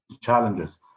challenges